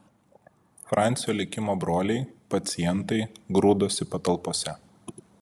francio likimo broliai pacientai grūdosi patalpose